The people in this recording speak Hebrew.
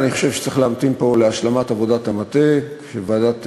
אני חושב שצריך להמתין פה להשלמת עבודת המטה שוועדת לוקר,